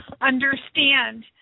understand